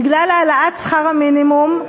בגלל העלאת שכר המינימום,